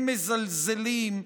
הם מזלזלים,